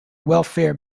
welfare